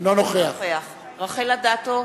אינו נוכח רחל אדטו,